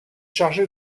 chargé